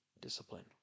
discipline